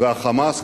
וה"חמאס",